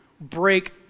break